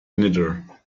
knitter